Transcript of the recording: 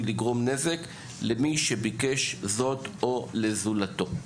לגרום נזק למי שביקש זאת או לזולתו.